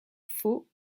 faux